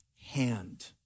hand